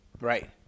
Right